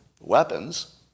weapons